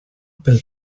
pel